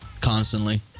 constantly